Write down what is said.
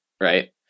Right